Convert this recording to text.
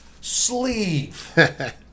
Sleeve